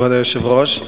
כבוד היושב-ראש,